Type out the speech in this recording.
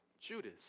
Judas